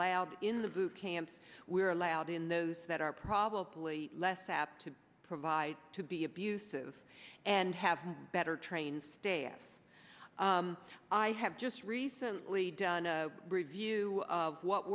labs in the boot camps we were allowed in those that are probably less apt to provide to be abusive and have better trained staff i have just recently done a review of what